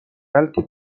بلکه